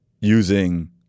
using